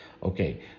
Okay